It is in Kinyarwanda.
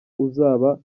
uzaba